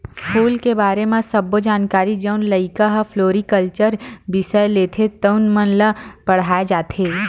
फूल के बारे म सब्बो जानकारी जउन लइका ह फ्लोरिकलचर बिसय लेथे तउन मन ल पड़हाय जाथे